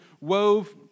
wove